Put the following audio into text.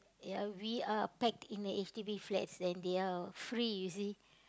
ya we are packed in a H_D_B flats and they are free you see